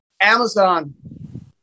Amazon